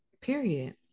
period